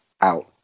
out